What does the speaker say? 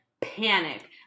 panic